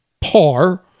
par